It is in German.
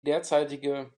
derzeitige